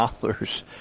dollars